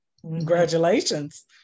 congratulations